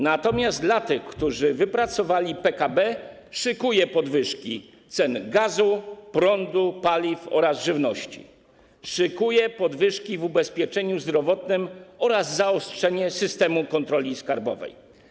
Natomiast dla tych, którzy wypracowali PKB, szykuje podwyżki cen gazu, prądu, paliw oraz żywności, szykuje podwyżki ubezpieczenia zdrowotnego oraz zaostrzenie systemu kontroli skarbowej.